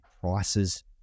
prices